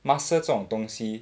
muscle 这种东西